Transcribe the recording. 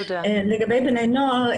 לגבי בני נוער.